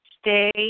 stay